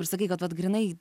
ir sakei kad vat grynai